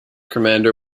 commander